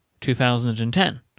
2010